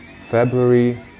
February